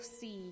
see